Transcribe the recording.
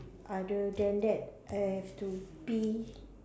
other than that I have to be